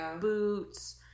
boots